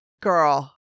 Girl